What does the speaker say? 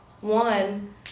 one